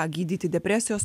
gydyti depresijos